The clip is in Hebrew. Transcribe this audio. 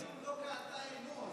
למרות שכתוב "לא כהתה עינו",